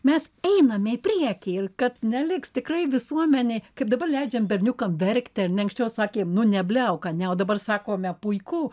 mes einame į priekį ir kad neliks tikrai visuomenė kaip dabar leidžiam berniukam verkti ar ne anksčiau sakėm nu nebliauk ane o dabar sakome puiku